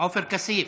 עופר כסיף.